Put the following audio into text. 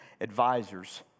advisors